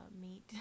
meet